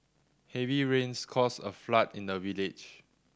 heavy rains caused a flood in the village